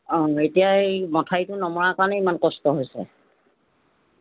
অঁ এতিয়া এই মথাউৰিটো নমৰা কাৰণেই ইমান কষ্ট হৈছে